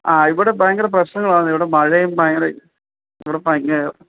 ആ ഇവിടെ ഭയങ്കര പ്രശ്നങ്ങളാണ് ഇവിടെ മഴയും ഭയങ്കര ഇവിടെ ഭയങ്കര